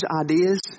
ideas